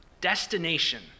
destination